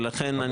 לכן,